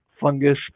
fungus